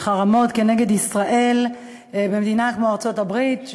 חרמות נגד ישראל גם במדינה כמו ארצות-הברית,